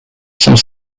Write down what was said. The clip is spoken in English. some